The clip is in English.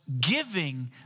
giving